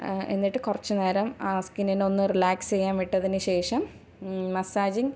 എന്നിട്ട് കുറച്ചു നേരം ആ സ്കിന്നിനെ ഒന്ന് റിലാക്സ് ചെയ്യാൻ വിട്ടതിനുശേഷം മസാജിംഗ്